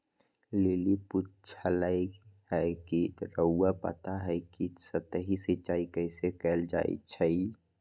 lily पुछलई ह कि रउरा पता हई कि सतही सिंचाई कइसे कैल जाई छई